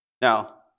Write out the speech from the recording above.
Now